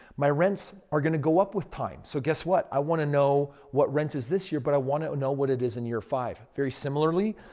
my rents are going to go up with time. so guess what? i want to know what rent is this year but i want to know what it is in year five. very similarly,